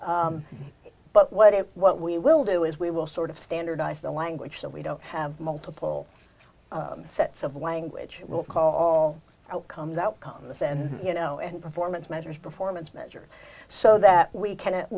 wane but what it what we will do is we will sort of standardize the language so we don't have multiple sets of language we'll call outcomes outcomes in this and you know and performance measures performance measure so that we can at